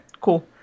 cool